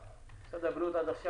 משרד הבריאות עד עכשיו,